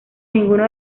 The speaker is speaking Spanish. ninguno